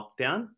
lockdown